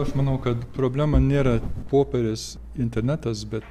aš manau kad problema nėra popierius internetas be